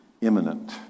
imminent